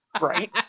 Right